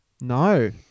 No